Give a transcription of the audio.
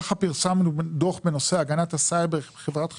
ככה פרסמנו דוח בנושא הגנת הסייבר בחברת חשמל,